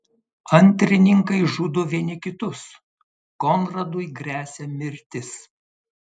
antrininkai žudo vieni kitus konradui gresia mirtis